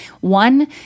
one